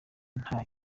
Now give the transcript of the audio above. nta